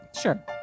sure